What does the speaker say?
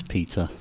Peter